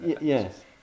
Yes